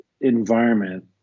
environment